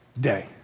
day